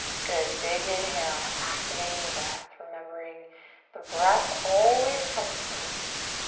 good, big inhale. activating the breath, remembering the breath always comes first.